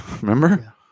Remember